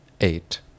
Eight